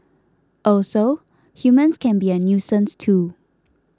also humans can be a nuisance too